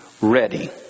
ready